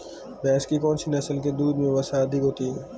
भैंस की कौनसी नस्ल के दूध में वसा अधिक होती है?